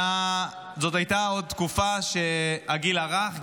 זאת הייתה עוד תקופה שהגיל הרך,